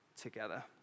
together